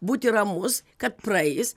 būti ramus kad praeis